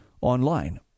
online